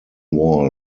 wall